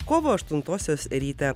kovo aštuntosios rytą